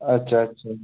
अच्छा अच्छा